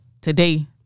today